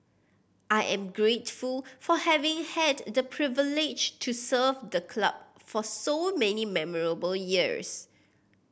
I am grateful for having had the privilege to serve the club for so many memorable years